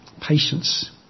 Patience